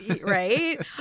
right